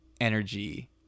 energy